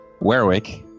Werwick